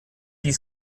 die